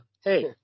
hey